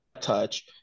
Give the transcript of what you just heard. touch